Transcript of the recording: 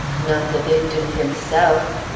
not the victim himself.